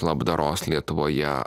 labdaros lietuvoje